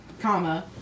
comma